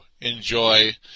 enjoy